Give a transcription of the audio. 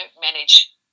manage